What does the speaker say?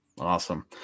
Awesome